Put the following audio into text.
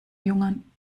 jungen